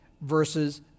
versus